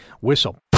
Whistle